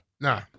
Nah